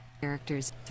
characters